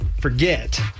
forget